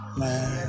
man